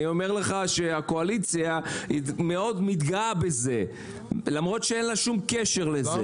אני אומר לך שהקואליציה מאוד מתגאה בזה למרות שאין לה שום קשר לזה,